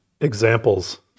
examples